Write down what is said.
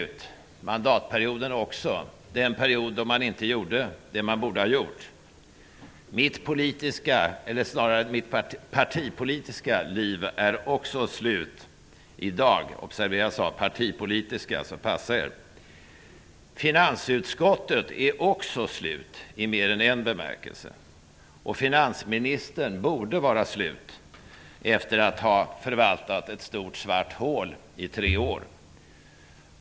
Det är mandatperioden också; den perioden gjorde man inte det som man borde ha gjort. Mitt partipolitiska liv är också slut i dag. Observera att jag sade ''partipolitiska''. Passa er! Finansutskottet är också slut i mer än en bemärkelse. Finansministern borde vara slut efter att ha förvaltat ett stort svart hål i tre år.